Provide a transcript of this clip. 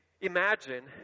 Imagine